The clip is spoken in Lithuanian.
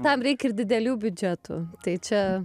tam reik ir didelių biudžetų tai čia